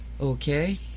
Okay